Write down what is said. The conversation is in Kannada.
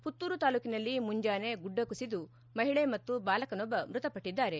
ಪುತ್ತೂರು ತಾಲೂಕಿನಲ್ಲಿ ಮುಂಜಾನೆ ಗುಡ್ಡಕುಸಿದು ಮಹಿಳೆ ಮತ್ತು ಬಾಲಕನೊಬ್ಬ ಮೃತಪಟ್ಟಿದ್ದಾರೆ